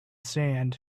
sand